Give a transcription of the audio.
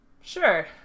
sure